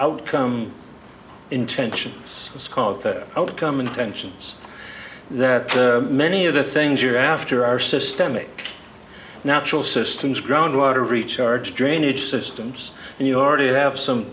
outcome intentions it's called outcome intentions that many of the things you're after are systemic natural systems ground water recharge drainage systems and you already have some